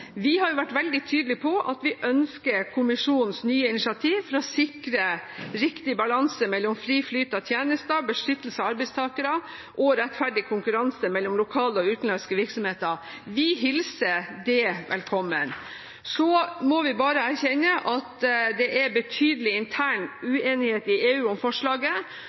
Vi har vært veldig tydelige på at vi ønsker kommisjonens nye initiativ for å sikre riktig balanse mellom fri flyt av tjenester, beskyttelse av arbeidstakere og rettferdig konkurranse mellom lokale og utenlandske virksomheter. Vi hilser det velkommen. Så må vi bare erkjenne at det er betydelig intern uenighet i EU om forslaget,